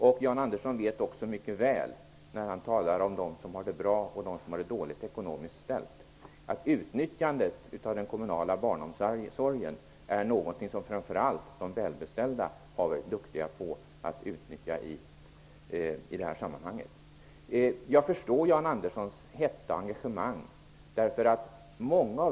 När Jan Andersson talar om dem som har det bättre eller sämre ställt ekonomiskt vet han mycket väl att utnyttjandet av den kommunala barnomsorgen är något som framför allt de välbeställda har varit duktiga på. Jag förstår Jan Anderssons hetta och engagemang.